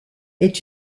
est